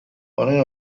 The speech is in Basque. honen